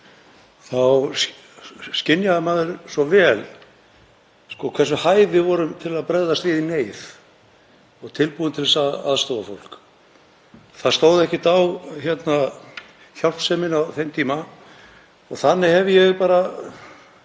þá skynjaði maður svo vel hversu hæf við vorum til að bregðast við í neyð og tilbúin til þess að aðstoða fólk. Það stóð ekkert á hjálpseminni á þeim tíma og þannig hef ég